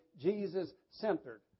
Jesus-centered